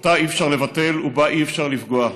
אותה אי-אפשר לבטל ובה אי-אפשר לפגוע.